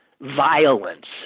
violence